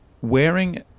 wearing